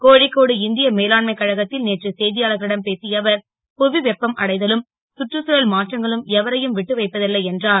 கோ க்கோடு இந் ய மேலாண்மைக் கழகத் ல் நேற்று செ யாளர்களிடம் பேசிய அவர் புவி வெப்பம் அடைதலும் சுற்றுச்சூழல் மாற்றங்களும் எவரையும் விட்டு வைப்ப ல்லை என்றார்